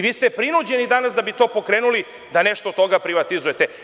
Vi ste prinuđeni danas da bi to pokrenuli da nešto od toga privatizujete.